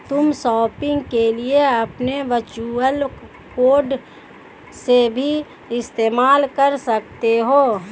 तुम शॉपिंग के लिए अपने वर्चुअल कॉर्ड भी इस्तेमाल कर सकते हो